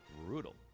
brutal